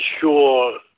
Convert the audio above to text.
sure